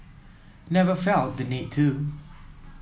never felt the need to